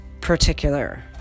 particular